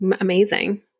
amazing